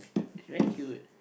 she very cute